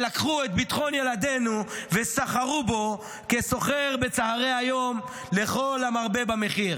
שלקחו את ביטחון ילדינו וסחרו בו כסוחר בצוהרי היום לכל המרבה במחיר.